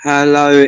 Hello